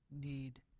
need